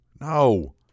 no